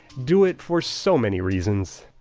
do it for so many reasons!